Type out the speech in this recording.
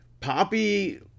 Poppy